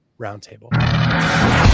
Roundtable